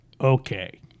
okay